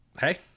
Hey